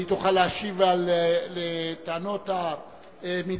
היא תוכל להשיב לטענות המתדיינים.